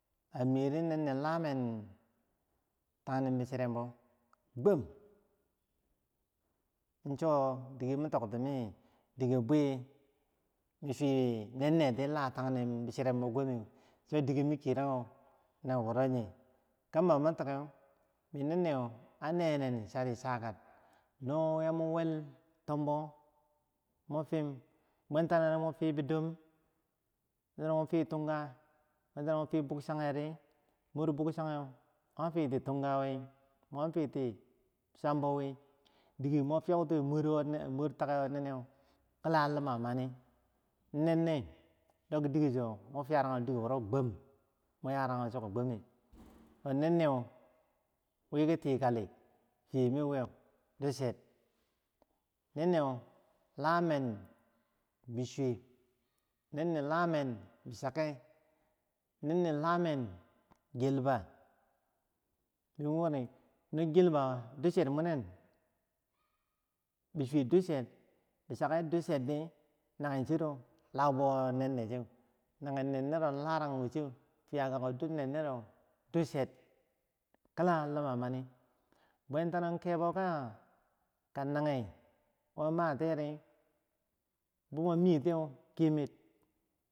A miri nenneh lamen tang num bi chirembo gwam, inchodike min tok timiki dikeh bwi min swuee nenne tilamen tangnum bi chirembe, chodike ma kiyeu ragum na wuro yeh dike yah bwi ma tokeu nenne an nene chari chaka nomun wel tombo moh fim bwen tanoh mun fi bidom, no mun fi tunga no mun fibukchageh ri, mor buchangeu mwan fiti tungawi bwan fiti chambo wi, dike mwar fiyauti mur takeh woro nene kila lima mani, nenne dok chike cho mun fiyaragum dike wuro gwam, mue yaraguchi ko gwameh, nenne wiki tikali, fiyeh min wuyeu, nenne lamen bisuweh, nenne lamen bishakeh, nenne lamen kelba, don wori no gelba ducher munen bichuwe, ducher munen bichakke ducher di nagen chiro laubo wo nenne cheu, nagen nennero larang wo chiyeu fiya kako dor nennere du cher kilah lima mani, bwanta no kebo ka nageh wo matiyeh ri boma miyeh tiyeh kemer.